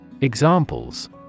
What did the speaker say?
Examples